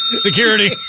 security